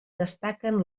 destaquen